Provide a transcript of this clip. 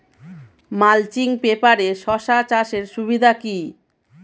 Mulching পেপারে শসা চাষের সুবিধা কি?